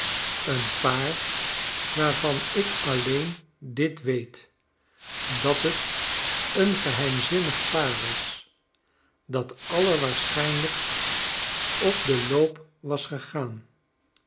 een paar waarvan ik alleen dit weet dat het een geheimzinnig paar was dat allerwaarschijnlijkst op den loop was gegaan